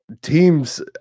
teams